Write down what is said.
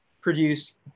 produce